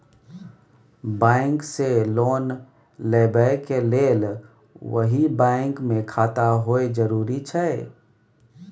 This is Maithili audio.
बैंक से लोन लेबै के लेल वही बैंक मे खाता होय जरुरी छै?